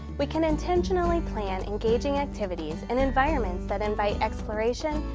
we can intentionally plan engaging activities and environments that invite exploration,